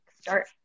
start